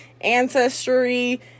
ancestry